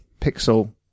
Pixel